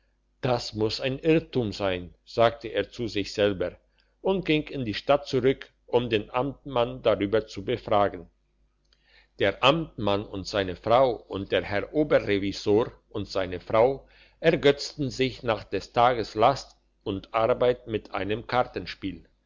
das muss ein irrtum sein sagte er zu sich selber und ging in die stadt zurück um den amtmann darüber zu befragen der amtmann und seine frau und der herr oberrevisor und seine frau ergötzten sich nach des tages last und arbeit mit einem kartenspiel